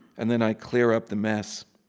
and then i clear up the mess.